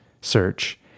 search